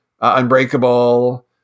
Unbreakable